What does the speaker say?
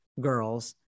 girls